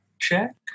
check